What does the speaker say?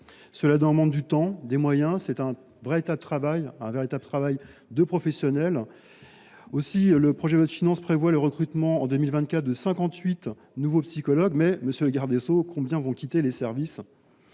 Cela demande du temps, des moyens. C’est un véritable travail de professionnel. Le présent projet de loi de finances prévoit le recrutement, en 2024, de 58 nouveaux psychologues, mais, monsieur le garde des sceaux, combien vont quitter les services ?